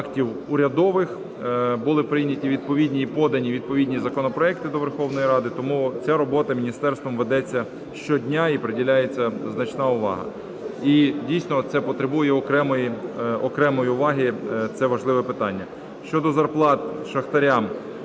актів урядових, були прийняті відповідні і подані відповідні законопроекти до Верховної Ради. Тому ця робота міністерством ведеться щодня і приділяється значна увагу. І дійсно це потребує окремої уваги, це важливе питання. Щодо зарплат шахтарям.